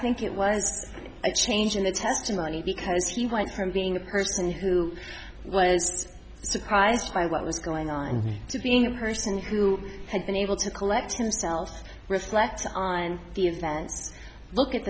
think it was a change in the testimony because he went from being a person who was surprised by what was going on to being a person who had been able to collect himself reflect on the offense look at